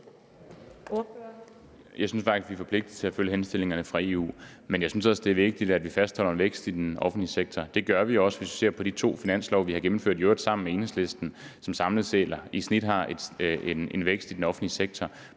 Jeg synes faktisk, at vi er forpligtet til at følge henstillingerne fra EU. Jeg synes også, at det er vigtigt, at vi fastholder en vækst i den offentlige sektor. Det gør vi også, hvis vi ser på de to finanslove, vi har gennemført, i øvrigt sammen med Enhedslisten; de har i snit en vækst i den offentlige sektor